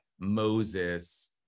Moses